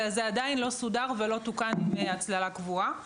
וזה עדיין לא סודר ולא תוקן עם הצללה קבועה.